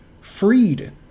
freed